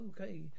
Okay